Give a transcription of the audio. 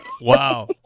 Wow